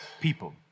people